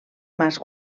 mas